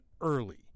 early